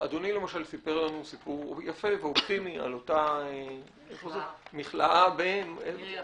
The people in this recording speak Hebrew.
אדוני למשל סיפר לנו סיפור יפה ואופטימי על אותה מכלאה בניר-יפה,